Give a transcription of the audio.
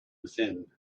within